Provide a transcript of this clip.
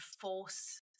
force